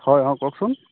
হয় অঁ কওঁকচোন